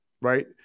right